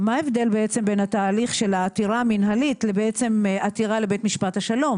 אבל מה ההבדל בין התהליך של העתירה המנהלית לעתירה לבית משפט השלום?